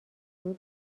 خوبی